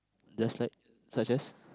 just like such as